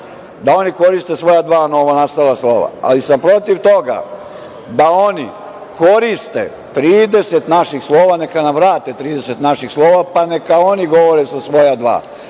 da oni koriste svoja dva novonastala slova, ali sam protiv toga da oni koriste 30 naših slova. Neka nam vrate 30 naših slova, pa neka oni govore sa svoja